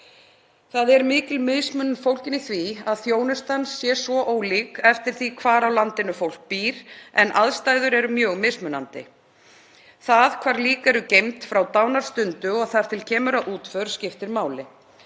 Það er mikil mismunun fólgin í því að þjónustan sé svo ólík eftir því hvar á landinu fólk býr en aðstæður eru mjög mismunandi. Það hvar lík eru geymd frá dánarstundu og þar til kemur að útför skiptir máli.